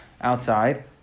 outside